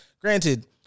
granted